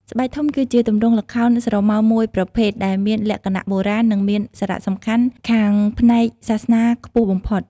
ស្បែកធំ គឺជាទម្រង់ល្ខោនស្រមោលមួយប្រភេទដែលមានលក្ខណៈបុរាណ និងមានសារៈសំខាន់ខាងផ្នែកសាសនាខ្ពស់បំផុត។